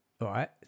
right